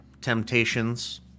temptations